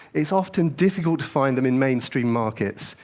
it's often difficult to find them in mainstream markets,